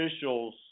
officials